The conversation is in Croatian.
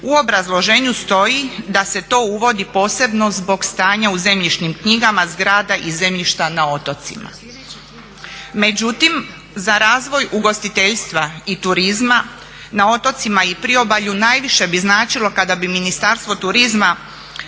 U obrazloženju stoji da se to uvodi posebno zbog stanja u zemljišnim knjigama zgrada i zemljišta na otocima. Međutim, za razvoj ugostiteljstva i turizma na otocima i priobalju najviše bi značilo kada bi Ministarstvo turizma